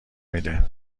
میده